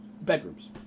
bedrooms